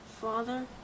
Father